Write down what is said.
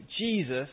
Jesus